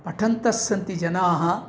पठन्तस्सन्ति जनाः